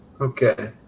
Okay